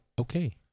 okay